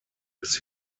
des